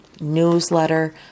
newsletter